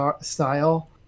style